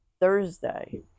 thursday